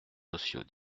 sociaux